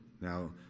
Now